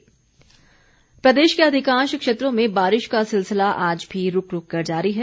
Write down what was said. मौसम प्रदेश के अधिकांश क्षेत्रों में बारिश का सिलसिला आज भी रूक रूक कर जारी है